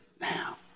now